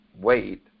Wait